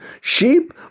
sheep